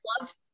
love